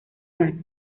mano